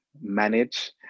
manage